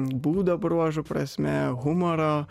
būdo bruožų prasme humoro